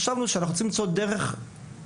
חשבנו שאנחנו צריכים למצוא דרך אחרת,